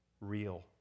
real